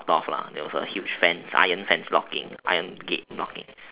off lah there was a huge fence iron fence locking iron gate locking